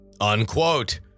Unquote